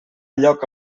lloc